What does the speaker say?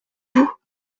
vous